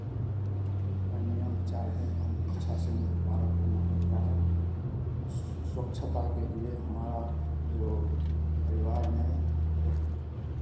उसका नियम चार दिन पाँच दिन अच्छा से पालन करना पड़ता है स्वच्छता के लिए हमारा जो परिवार में जो